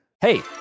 Hey